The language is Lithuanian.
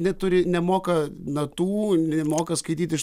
neturi nemoka natų nemoka skaityt iš